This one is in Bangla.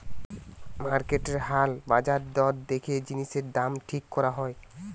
মার্কেটের হাল বাজার দর দেখে জিনিসের দাম ঠিক করা হয়